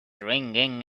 ringing